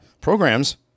programs